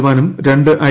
ജവാനും രണ്ട് ഐ